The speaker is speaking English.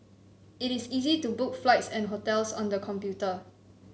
it is easy to book flights and hotels on the computer